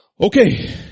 Okay